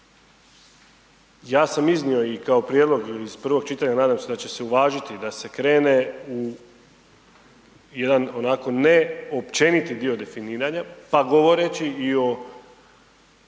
Ja sam iznio i kao prijedlog ili iz prvog čitanja, nadam se da će se uvažiti da se krene u jedan onako, ne općeniti dio definiranja, pa govoreći i o